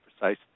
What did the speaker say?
precise